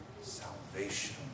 salvation